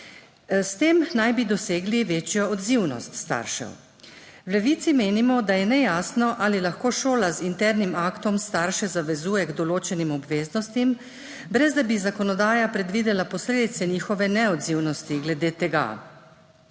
S tem naj bi dosegli večjo odzivnost staršev. V Levici menimo, da je nejasno, ali lahko šola z internim aktom starše zavezuje k določenim obveznostim, brez da bi zakonodaja predvidela posledice njihove neodzivnosti glede tega.